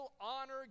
honor